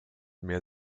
mehr